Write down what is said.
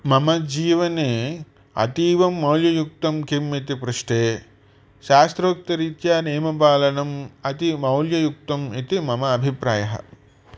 मम जीवने अतीवमौल्ययुक्तं किम् इति पृष्ठे शास्त्रोक्तरित्या नियमपालनम् अति मौल्ययुक्तम् इति मम अभिप्रायः